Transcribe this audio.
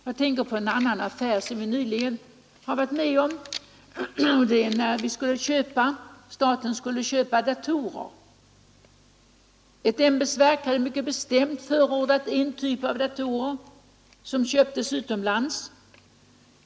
Jag tänker på en annan affär som vi nyligen varit med om, nämligen när staten skulle köpa datorer. Ett ämbetsverk hade mycket bestämt förordat en typ av datorer som måste köpas utomlands.